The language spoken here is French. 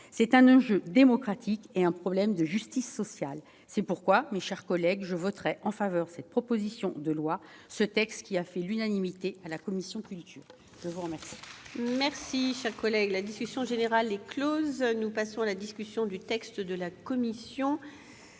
d'un enjeu démocratique, d'un problème de justice sociale. C'est pourquoi, mes chers collègues, je voterai en faveur de cette proposition de loi, de ce texte qui a fait l'unanimité au sein de la commission de la culture ! La discussion générale est close. Nous passons à la discussion du texte de la commission.